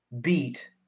beat